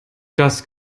das